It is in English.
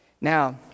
now